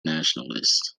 nationalist